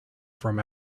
from